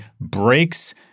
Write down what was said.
breaks